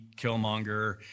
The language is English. Killmonger